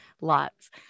Lots